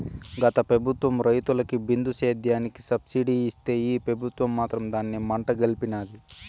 గత పెబుత్వం రైతులకి బిందు సేద్యానికి సబ్సిడీ ఇస్తే ఈ పెబుత్వం మాత్రం దాన్ని మంట గల్పినాది